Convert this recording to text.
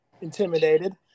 intimidated